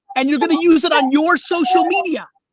and you're gonna use it on your social media.